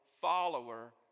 follower